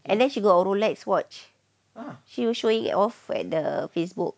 and then she got a rolex watch she was showing it off at the facebook